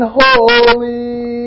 holy